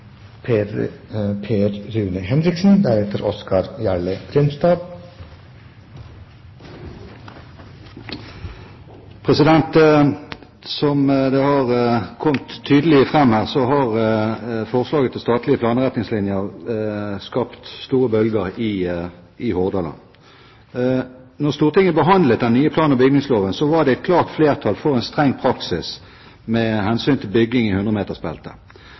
Som det har kommet tydelig fram her, har forslaget til statlige planretningslinjer skapt store bølger i Hordaland. Da Stortinget behandlet den nye plan- og bygningsloven, var det et klart flertall for en streng praksis med hensyn til bygging i